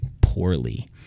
poorly